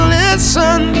listen